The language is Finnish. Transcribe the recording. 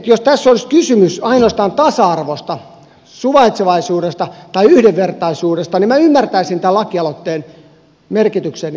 jos tässä olisi kysymys ainoastaan tasa arvosta suvaitsevaisuudesta tai yhdenvertaisuudesta niin minä ymmärtäisin tämän lakialoitteen merkityksen ja tarpeen